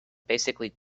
basically